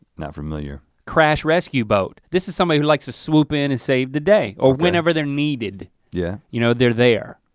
not familiar. crash rescue boat. this is somebody who likes to swoop in and save the day or whenever they're needed. yeah. you know they're there.